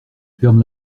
ferme